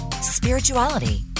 spirituality